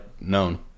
known